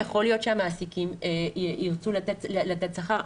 יכול להיות שהמעסיקים ירצו לתת שכר,